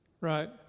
right